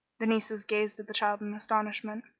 the nieces gazed at the child in astonishment.